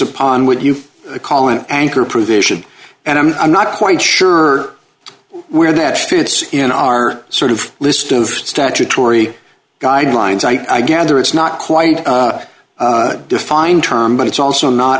upon what you call an anchor provision and i'm not quite sure where that fits in our sort of list of statutory guidelines i gather it's not quite defined term but it's also not